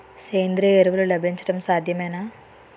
సేంద్రీయ ఎరువులు లభించడం సాధ్యమేనా?